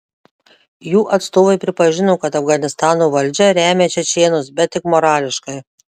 jų atstovai pripažino kad afganistano valdžia remia čečėnus bet tik morališkai